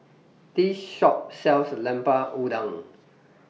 This Shop sells Lemper Udang